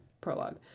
prologue